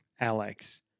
Alex